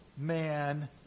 man